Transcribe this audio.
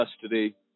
custody